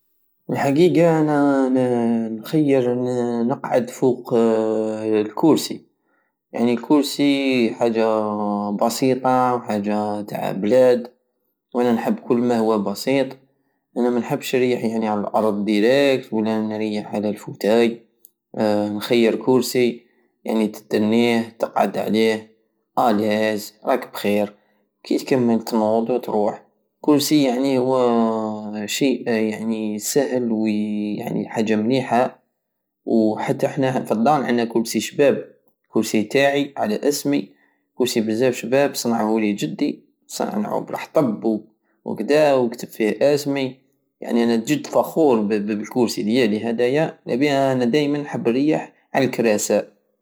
الحقيقة انا نخير نقعد فوق الكورسي يعني الكورسي حاجة بسيطة وحاجة تع بلاد وانا نحب كل ماهو بسيط انا منحبش نريح يعني على الارض ديراكت ولا نريح على الفوتاي نخير الكورسي يعني دنيه تقعد عليه اليز راك بخير كي تكمل تنود وتروح كورسي يعني هو ماشي- يسهل ويعني حاجة مليحة زحتا حنا فالدار عندنا كورسي شباب كورسي تاعي على اسمي كرسي بزاف شباب صنعهولي جدي صنع بالحطب و- وكدا وكتب فيه اسمي يعني انا جد فخور ب- بالكورسي ديالي هديا لبيها انا دايمن نحب الريح على لكراسى